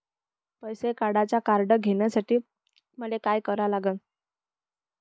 पैसा काढ्याचं कार्ड घेण्यासाठी मले काय करा लागन?